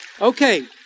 Okay